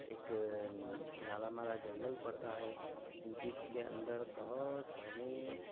ایک نارا مرا جنگل پڑتا ہے جس کے اندر بہت گھنے